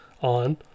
on